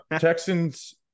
Texans